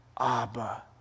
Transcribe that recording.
Abba